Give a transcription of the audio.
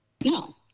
No